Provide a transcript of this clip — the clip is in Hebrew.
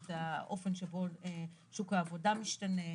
את האופן שבו שוק העבודה משתנה,